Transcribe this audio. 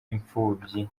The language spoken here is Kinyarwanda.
imfubyi